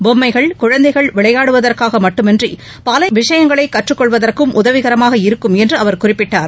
பொம்மைகள் குழந்தைகள் விளையாடுவதற்காக மட்டுமன்றி பல விஷயங்களை கற்றுக் கொள்வதற்கும் உதவிகரமாக இருக்கும் என்று அவர் குறிப்பிட்டார்